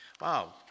Wow